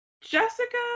Jessica